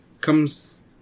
comes